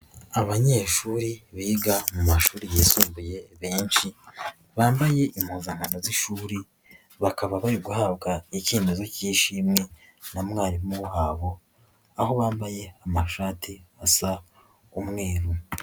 Abanyeshuri biga mu mashuri yisumbuye benshi, bambaye impuzankano z'ishuri bakaba bari guhabwa icyemezo k'ishimwe na mwarimu wabo aho bambaye amashati asa umweru.